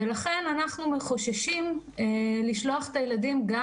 ולכן אנחנו חוששים לשלוח את הילדים גם